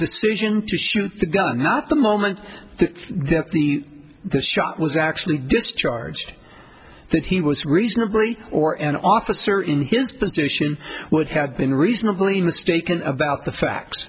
decision to shoot the gun not the moment the shot was actually discharged that he was reasonably or an officer in his position would have been reasonably mistaken about the fact